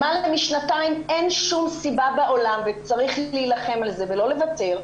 למעלה משנתיים אין שום סיבה בעולם וצריך להילחם על זה ולא לוותר,